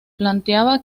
planteaba